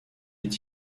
est